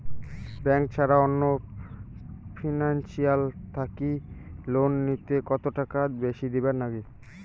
Bank ছাড়া অন্য financial থাকি লোন নিলে কতটাকা বেশি দিবার নাগে?